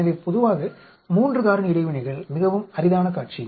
எனவே பொதுவாக 3 காரணி இடைவினைகள் மிகவும் அரிதான காட்சி